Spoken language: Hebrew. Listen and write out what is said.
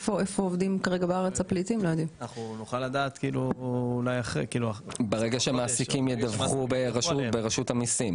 אנחנו נוכל לדעת ברגע שמעסיקים ידווחו ברשות המיסים.